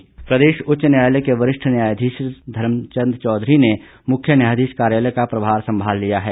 उच्च न्यायालय प्रदेश उच्च न्यायालय के वरिष्ठ न्यायाधीश धर्मचंद चौधरी ने मुख्य न्यायाधीश कार्यालय का प्रभार संभाल लिया है